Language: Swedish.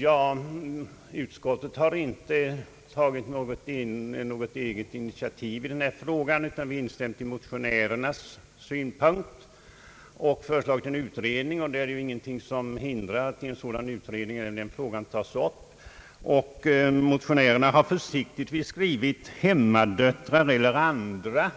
Ja, utskottet har inte tagit något initiativ i denna fråga, utan det har instämt i motionärernas synpunkter och föreslagit en utredning. Det är ingenting som hindrar att en utredning även tar upp frågan om hemmasönerna. Motionärerna har försiktigtvis skrivit »hemmadöttrar eller andra».